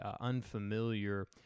unfamiliar